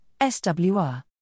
SWR